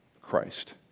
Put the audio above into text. Christ